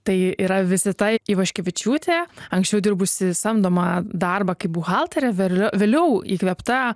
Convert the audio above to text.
tai yra visita ivaškevičiūtė anksčiau dirbusi samdomą darbą kaip buhaltere vėliau įkvėpta